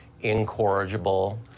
incorrigible